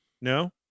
No